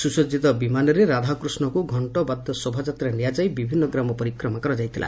ସୁସଜିତ ବିମାନରେ ରାଧାକୃଷ୍ଣଙ୍କୁ ଘକ୍ଷବାଦ୍ୟ ଶୋଭାଯାତ୍ରାରେ ନିଆଯାଇ ବିଭିନ୍ନ ଗ୍ରାମ ପରିକ୍ରମା କରାଯାଇଥିଲା